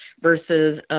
versus